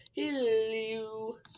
Hello